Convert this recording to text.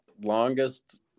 longest